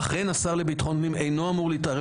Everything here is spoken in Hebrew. אכן השר לביטחון פנים אינו אמור להתערב